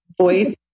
voice